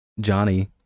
Johnny